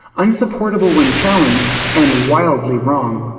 unsupportable when challenged, and wildly wrong.